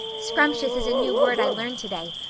scrumptious is a new word i learned today.